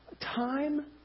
time